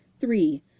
three